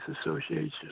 Association